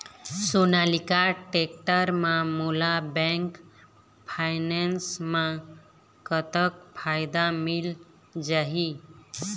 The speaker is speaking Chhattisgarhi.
सोनालिका टेक्टर म मोला बैंक फाइनेंस म कतक फायदा मिल जाही?